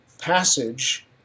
passage